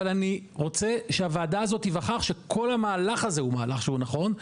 אבל אני רוצה שהוועדה הזאת תיווכח שכל המהלך הזה הוא מהלך שהוא נכון,